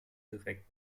direkt